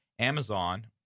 Amazon